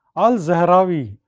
al zahrawi,